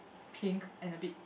pink and a bit